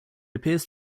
appears